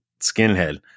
skinhead